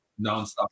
nonstop